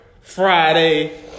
Friday